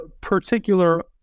particular